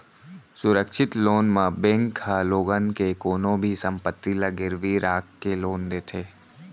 सुरक्छित लोन म बेंक ह लोगन के कोनो भी संपत्ति ल गिरवी राख के लोन देथे